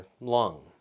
lung